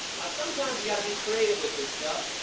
sometimes you've got to be creative with this stuff.